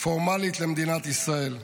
פורמלית למדינת ישראל.